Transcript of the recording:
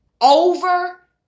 over